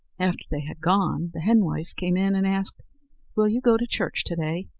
after they had gone, the henwife came in and asked will you go to church to-day?